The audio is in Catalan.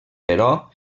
però